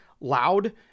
loud